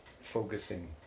focusing